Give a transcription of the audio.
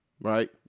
Right